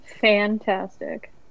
fantastic